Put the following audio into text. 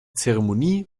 zeremonie